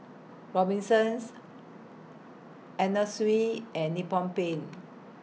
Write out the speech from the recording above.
Robinsons Anna Sui and Nippon Paint